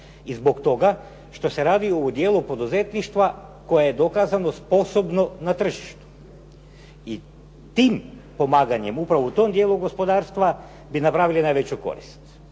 i zbog toga što se radi o dijelu poduzetništva koje je dokazano sposobno na tržištu. I tim pomaganjem upravo u tom dijelu gospodarstva bi napravili najveću korist.